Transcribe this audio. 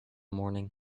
morning